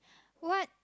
what